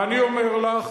ואני אומר לך